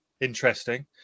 interesting